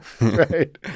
Right